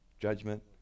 Judgment